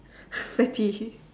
fatty